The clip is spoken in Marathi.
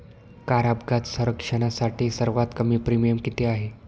कार अपघात संरक्षणासाठी सर्वात कमी प्रीमियम किती आहे?